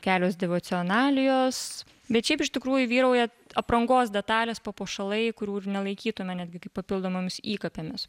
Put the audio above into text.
kelios devocionalijos bet šiaip iš tikrųjų vyrauja aprangos detalės papuošalai kurių ir nelaikytume netgi kaip papildomomis įkapėmis